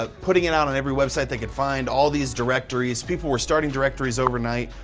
ah putting it out on every website they could find, all these directories, people were starting directories overnight,